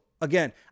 again